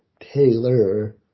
Taylor